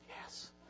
yes